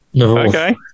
Okay